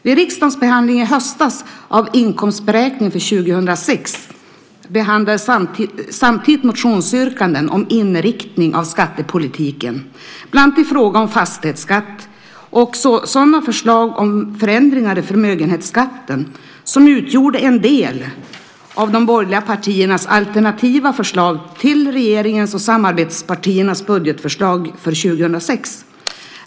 Vid riksdagens behandling i höstas av inkomstberäkning för 2006 behandlades samtidigt motionsyrkanden om inriktning av skattepolitiken, bland annat i fråga om fastighetsskatt och sådana förslag om förändringar i förmögenhetsskatten som utgjorde en del av de borgerliga partiernas alternativa förslag till regeringens och samarbetspartiernas budgetförslag för 2006.